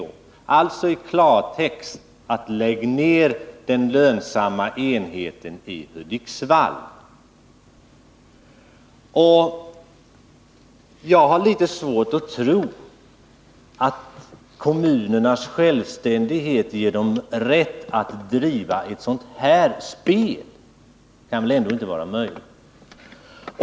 Det innebär alltså i klartext att man skall lägga ned den lönsamma enheten i Hudiksvall. Jag har litet svårt att tro att kommunernas självständighet ger dem rätt att driva ett sådant spel.